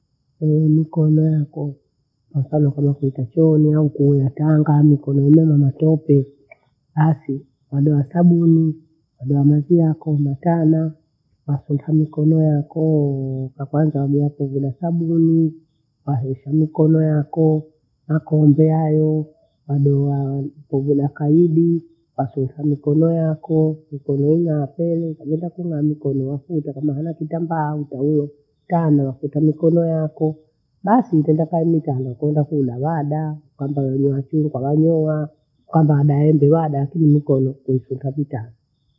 Ehe! mikono yako, kwamfano kama kuite chooni au kui mtanga nikono ena matope. Basi wadoa thabuni, wadoa mathi yako matana, wasunta mikono yakoo. Chakwanza wagea toge na sabuni, waheka mikono yako makombe hayoo, wadeha uge nakaidi wathuutha mikono yako. Ukeri wena hathoni ukaginda kunywa mikoni yasunta kama hana kitambaa au taulo tano yafuta mikono yako. Basi ukaenda kalumi tahandakenda sodawada kwamba huvuje msuli kwavajoa kwamba ada ende wada akini mikono itikavitana.